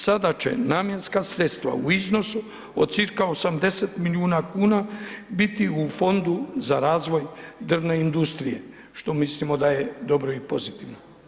Sada će namjenska sredstva u iznosu od cca 80 milijuna kuna biti u Fondu za razvoj drvne industrije, što mislimo da je dobro i pozitivno.